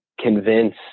convince